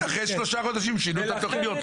כן, אחרי שלושה חודשים שינו את התוכניות.